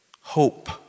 hope